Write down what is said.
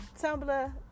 Tumblr